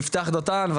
יפתח דותן,